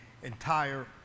Entire